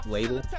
Label